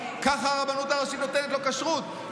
כך הרבנות הראשית נותנת לו כשרות.